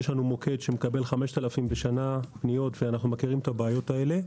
יש לנו מוקד שמקבל 5,000 פניות בשנה ואנחנו מכירים את הבעיות האלה.